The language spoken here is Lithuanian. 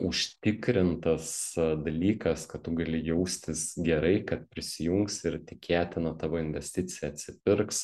užtikrintas dalykas kad tu gali jaustis gerai kad prisijungsi ir tikėtina tavo investicija atsipirks